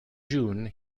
june